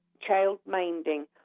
child-minding